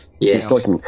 yes